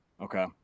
Okay